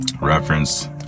Reference